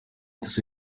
ese